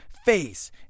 Face